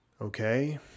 Okay